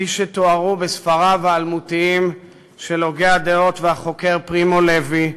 כפי שתוארו בספריו האלמותיים של הוגה הדעות והחוקר פרימו לוי,